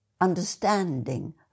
understanding